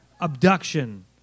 abduction